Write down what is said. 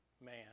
man